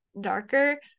darker